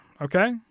okay